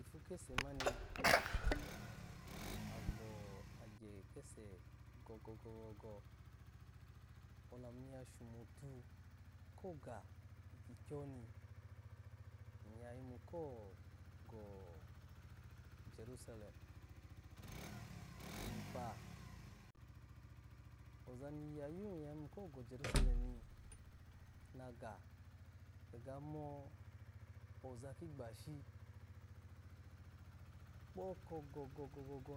Ipu kese mani agbo-o agye kesu gogogo olamu ni ya shomotu koga ikyikyo ni, iya ya yimuko go jeruselem omepa oza ni yu ya ko go jeruselemn ni, inaga ga mo moza kigbashi kpoko gogogo